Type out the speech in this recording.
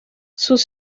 sus